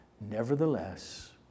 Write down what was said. Nevertheless